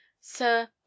Sir